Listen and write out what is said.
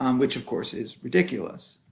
um which of course is ridiculous.